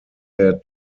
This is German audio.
der